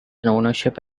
ownership